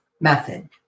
method